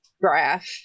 graph